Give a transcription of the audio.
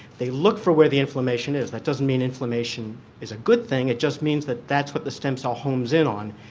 they look for where the inflammation is, that doesn't mean inflammation is a good thing it just means that that's what the stem cell homes in on.